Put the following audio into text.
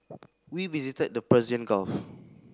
we visited the Persian Gulf